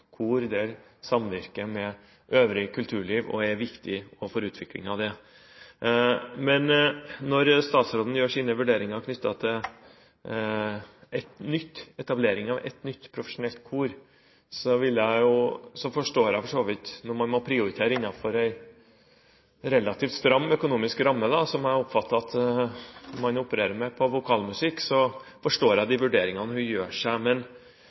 samvirker med øvrig kulturliv, og er viktige også for utvikling av det. Men når statsråden gjør sine vurderinger knyttet til etablering av et nytt profesjonelt kor, så forstår jeg for så vidt – når man må prioritere innenfor en relativt stram økonomisk ramme, som jeg oppfattet man opererer med for vokalmusikk – de vurderingene hun gjør.